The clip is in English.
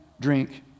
drink